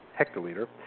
hectoliter